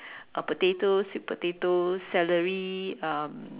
or potatoes sweet potatoes celery um